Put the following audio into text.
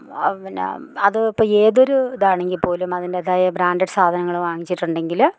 പിന്നെ അത് ഇപ്പം ഏതൊരു ഇതാണെങ്കിൽ പോലും അതിൻ്റേതായ ബ്രാൻഡഡ് സാധനങ്ങള് വാങ്ങിച്ചിട്ടുണ്ടെങ്കില്